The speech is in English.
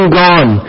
gone